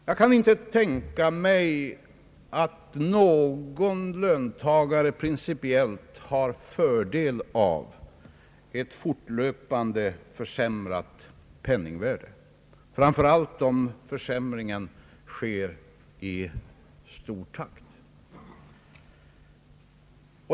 Jag kan inte tänka mig att någon löntagare principiellt har fördel av ett fortlöpande försämrat penningvärde, framför allt om försämringen fortgår i hög takt.